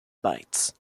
bytes